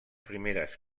primeres